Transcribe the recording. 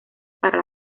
para